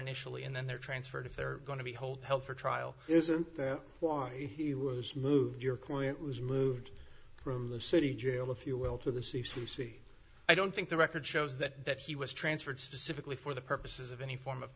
initially and then there transferred if they're going to be hold held for trial isn't that why he was moved your client was moved from the city jail if you will to the c c c i don't think the record shows that he was transferred specifically for the purposes of any form of